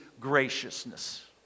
graciousness